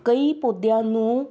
ਕਈ ਪੌਦਿਆਂ ਨੂੰ